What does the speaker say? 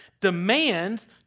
demands